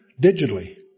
digitally